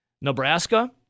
Nebraska